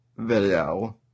video